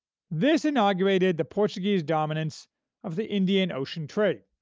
this inaugurated the portuguese dominance of the indian ocean trade,